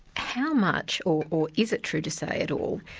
how much, or is it true to say at all,